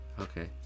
Okay